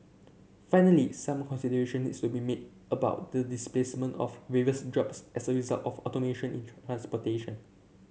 finally some consideration needs to be made about the displacement of various jobs as a result of automation in transportation